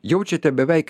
jaučiate beveik